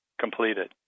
completed